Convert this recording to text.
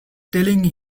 telling